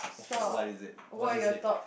what is it what is it